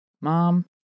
mom